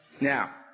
Now